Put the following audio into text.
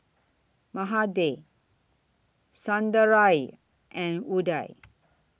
Mahade Sundaraiah and Udai